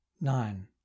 Nine